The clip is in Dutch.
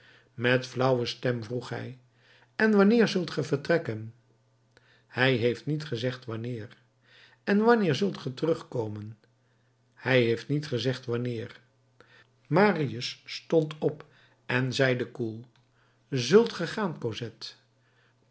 met flauwe stem vroeg hij en wanneer zult ge vertrekken hij heeft niet gezegd wanneer en wanneer zult ge terugkomen hij heeft niet gezegd wanneer marius stond op en zeide koel zult